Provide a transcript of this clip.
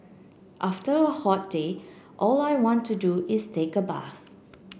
after a hot day all I want to do is take a bath